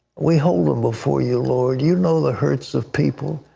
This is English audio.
we hold them before you, lord. you know the hurts of people.